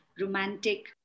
romantic